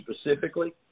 specifically